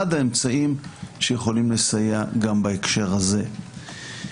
האמצעים שיכולים לסייע גם בהקשר הזה.